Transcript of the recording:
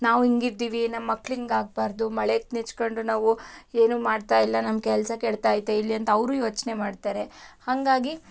ನಾವು ಹೀಗೆ ಇದ್ದೀವಿ ನಮ್ಮ ಮಕ್ಕಳು ಹೀಗೆ ಆಗ್ಬಾರ್ದು ಮಳೆಗೆ ನೆಚ್ಕೊಂಡು ನಾವು ಏನು ಮಾಡ್ತಾಯಿಲ್ಲ ನಮ್ಮ ಕೆಲಸ ಕೆಡ್ತಾ ಐತೆ ಇಲ್ಲಿ ಅಂತ ಅವರು ಯೋಚನೆ ಮಾಡ್ತಾರೆ ಹಾಗಾಗಿ